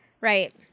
Right